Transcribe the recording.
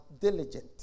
diligent